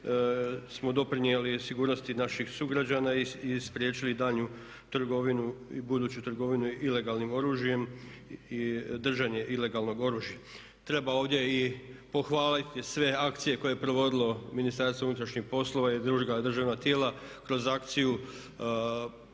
smo doprinijeli sigurnosti naših sugrađana i spriječili daljnju trgovinu i buduću trgovinu ilegalnim oružjem i držanje ilegalnog oružja. Treba ovdje i pohvaliti sve akcije koje je provodilo Ministarstvo unutarnjih poslova i druga državna tijela kroz akciju